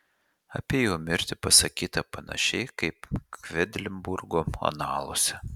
apie jo mirtį pasakyta panašiai kaip kvedlinburgo analuose